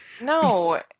no